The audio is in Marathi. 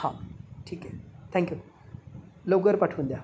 हां ठीक आहे थँक्यू लवकर पाठवून द्या